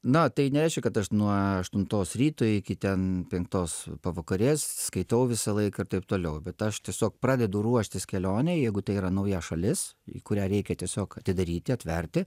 na tai nereiškia kad aš nuo aštuntos ryto iki ten penktos pavakarės skaitau visą laiką ir taip toliau bet aš tiesiog pradedu ruoštis kelionei jeigu tai yra nauja šalis į kurią reikia tiesiog atidaryti atverti